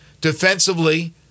defensively